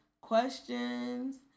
questions